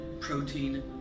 protein